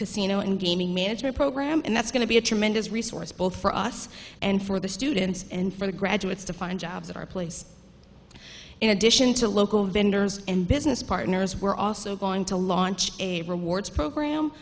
casino and gaming manager program and that's going to be a tremendous resource both for us and for the students and for the graduates to find jobs at our place in addition to local vendors and business partners we're also going to launch a rewards program